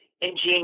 ingenious